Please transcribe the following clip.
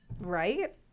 Right